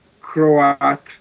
croat